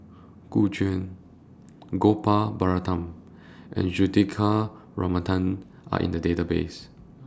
Gu Juan Gopal Baratham and Juthika Ramanathan Are in The databases